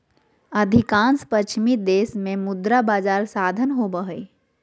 अधिकांश पश्चिमी देश में मुद्रा बजार साधन होबा हइ